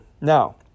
Now